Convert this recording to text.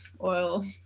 oil